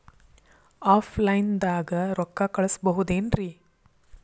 Offline ದಾಗ ರೊಕ್ಕ ಕಳಸಬಹುದೇನ್ರಿ?